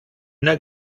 not